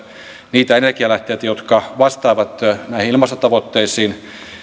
niitä energialähteitä jotka vastaavat näihin ilmastotavoitteisiin